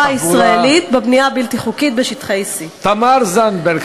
הישראלית בבנייה הבלתי-חוקית בשטחי C. תמר זנדברג.